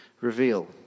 reveal